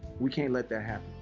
we can't let that happen.